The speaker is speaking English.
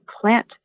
plant